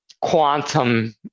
quantum